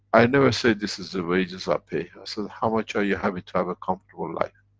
i never say this is the wages i pay, i said how much are you happy to have a comfortable life?